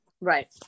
Right